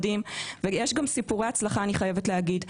ויש גם סיפורי הצלחה, אני חייבת להגיד.